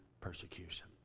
persecution